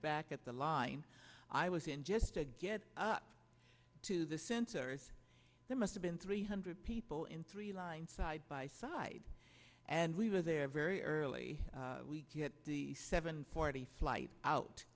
back at the line i was in just to get up to the sensors there must have been three hundred people in three lines side by side and we were there very early we get seven forty slight out